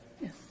Yes